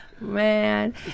Man